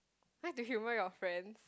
where to humor your friends